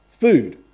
food